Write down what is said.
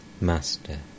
Master